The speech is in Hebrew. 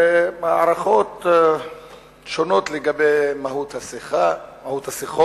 יש הערכות שונות לגבי מהות השיחות.